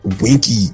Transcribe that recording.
Winky